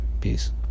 Peace